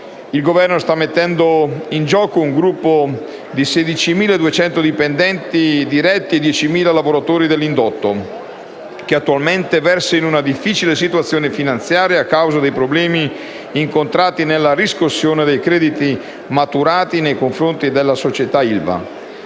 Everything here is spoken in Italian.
Il Governo sta mettendo in gioco un gruppo di 16.200 dipendenti diretti e 10.000 lavoratori dell'indotto, che attualmente versa in una difficile situazione finanziaria a causa dei problemi incontrati nella riscossione dei crediti maturati nei confronti della società ILVA.